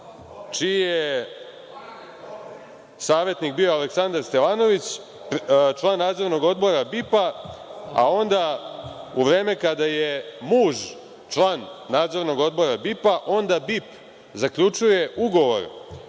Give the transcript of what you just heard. čiji je savetnik bio Aleksandar Stevanović, član Nadzornog odbora BIP, a onda u vreme kada je muž član Nadzornog odbora BIP, onda BIP zaključuje ugovor